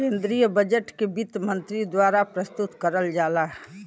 केन्द्रीय बजट के वित्त मन्त्री द्वारा प्रस्तुत करल जाला